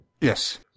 Yes